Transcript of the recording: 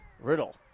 Riddle